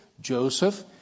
Joseph